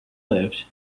lived